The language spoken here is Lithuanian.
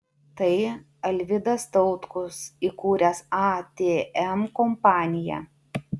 tai alvidas tautkus įkūręs atm kompaniją